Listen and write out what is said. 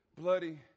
bloody